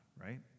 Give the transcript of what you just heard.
right